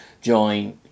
join